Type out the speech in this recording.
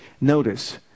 Notice